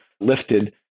lifted